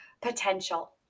potential